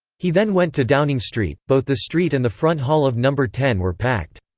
he then went to downing street both the street and the front hall of number ten were packed.